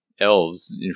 Elves